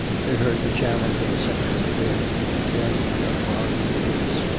they heard the challenge of the sentry within, and then the unbarring of the gates.